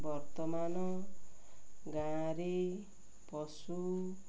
ବର୍ତ୍ତମାନ ଗାଁରେ ପଶୁ